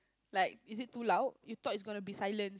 like is it too loud you thought it's gonna be silent